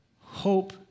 Hope